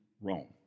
Rome